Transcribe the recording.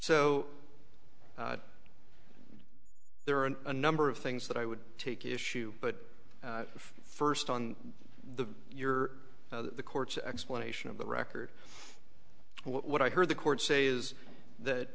so there are a number of things that i would take issue but first on the your the court's explanation of the record what i heard the court say is that